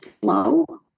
slow